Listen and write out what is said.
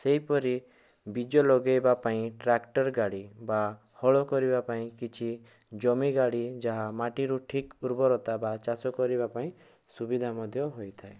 ସେହିପରି ବୀଜ ଲଗେଇବା ପାଇଁ ଟ୍ରକ୍ଟର୍ ଗାଡ଼ି ବା ହଳ କରିବା ପାଇଁ କିଛି ଜମି ଗାଡ଼ି ଯାହା ମାଟିରୁ ଠିକ୍ ଉର୍ବରତା ବା ଚାଷ କରିବାପାଇଁ ସୁବିଧା ମଧ୍ୟ ହୋଇଥାଏ